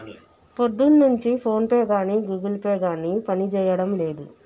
పొద్దున్నుంచి ఫోన్పే గానీ Google Pay గానీ పనిజేయడం లేదు